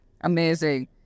Amazing